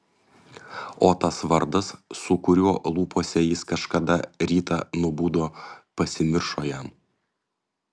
o tas vardas su kuriuo lūpose jis kažkada rytą nubudo pasimiršo jam